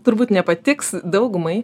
turbūt nepatiks daugumai